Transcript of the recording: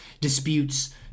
disputes